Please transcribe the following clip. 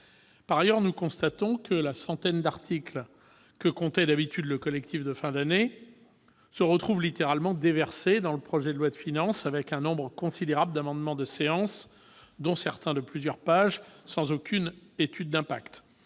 Par ailleurs, nous constatons que la centaine d'articles que comptait d'habitude le collectif de fin d'année se retrouve littéralement déversée dans le projet de loi de finances. Il s'ensuit un nombre considérable d'amendements de séance, dont certains font plusieurs pages, sans avoir été précédés